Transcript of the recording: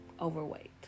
overweight